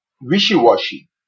wishy-washy